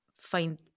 find